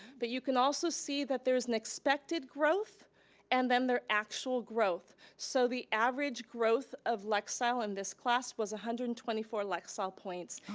but you can also see that there's an expected growth and then their actual growth. so the average growth of lexile in this class was one hundred and twenty four lexile points,